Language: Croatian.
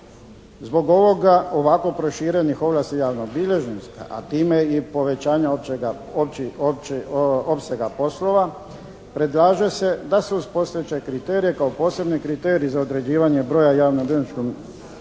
Zbog ovoga, ovako proširenih ovlasti javnog bilježništva a time i povećanja opsega poslova predlaže se da se uz postojeće kriterije kao posebni kriterij za određivanje broja javnobilježničkih